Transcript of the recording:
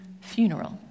funeral